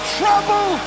trouble